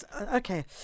okay